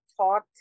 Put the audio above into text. talked